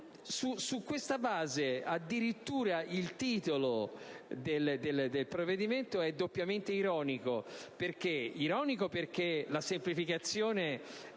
Su questa base, addirittura il titolo del provvedimento è doppiamente ironico: ironico perché la semplificazione